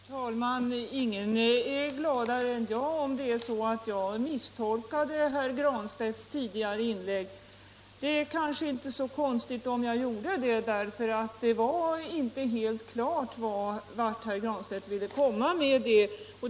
Herr talman! Ingen är gladare än jag om det visar sig att jag har misstolkat herr Granstedts tidigare inlägg. Det var kanske emellertid inte 53 så konstigt om jag gjorde det, eftersom det inte var helt klart vart han ville komma med det.